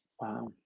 Wow